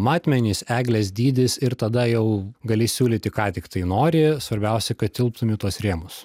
o matmenys eglės dydis ir tada jau gali siūlyti ką tiktai nori svarbiausia kad tilptum į tuos rėmus